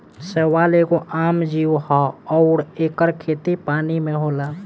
शैवाल एगो आम जीव ह अउर एकर खेती पानी में होला